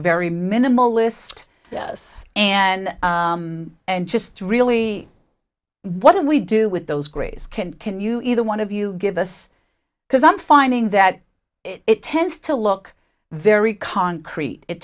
very minimalist yes and and just really what did we do with those greys can can you either one of you give us because i'm finding that it tends to look very concrete it